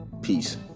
Peace